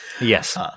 Yes